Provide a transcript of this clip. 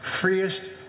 freest